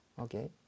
okay